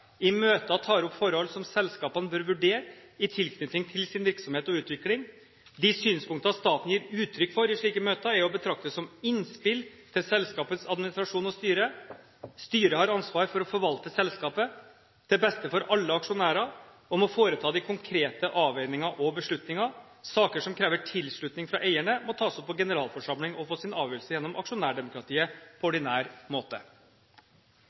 i møter tar opp forhold som selskapene bør vurdere i tilknytning til sin virksomhet og utvikling. De synspunkter staten gir uttrykk for i slike møter er å betrakte som innspill til selskapets administrasjon og styre. Styret har ansvar for å forvalte selskapets eierandeler til beste for alle aksjonærer, og må foreta de konkrete avveininger og beslutninger. Saker som krever tilslutning fra eierne må tas opp på generalforsamlingen, og få sin avgjørelse gjennom aksjonærdemokratiet på ordinær måte.»